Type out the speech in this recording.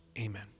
Amen